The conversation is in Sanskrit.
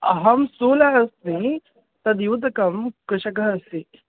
अहं स्थूलः अस्मि तद् युतकं कृशकः अस्मि